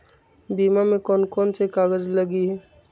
बीमा में कौन कौन से कागज लगी?